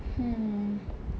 hmm